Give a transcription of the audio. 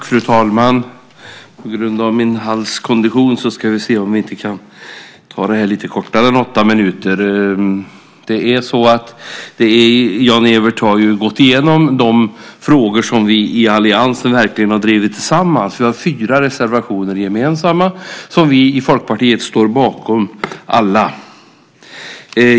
Fru talman! Jan-Evert Rådhström har gått igenom de frågor som vi i alliansen har drivit tillsammans. Vi har fyra gemensamma reservationer, och Folkpartiet står bakom dem alla.